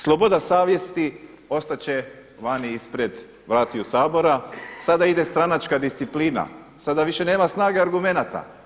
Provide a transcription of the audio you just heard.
Sloboda savjesti ostat će vani ispred vrata Sabora, sada ide stranačka disciplina, sada više nema snage argumenata.